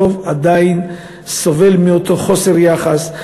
הרוב עדיין סובל מאותו חוסר יחס,